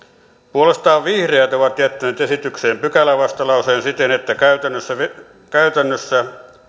puolestaan vihreät ovat jättäneet esitykseen pykälävastalauseen siten että käytännössä käytännössä